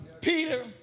Peter